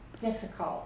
difficult